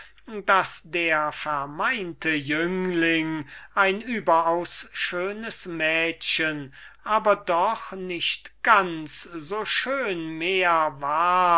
daß der vermeinte jüngling ein überaus schönes mädchen aber doch nicht mehr so schön war